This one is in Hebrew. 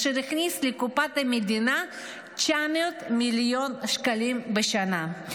אשר הכניס לקופת המדינה 900 מיליון שקלים בשנה,